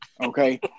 Okay